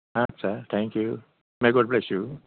आस्सा thank you may God bless U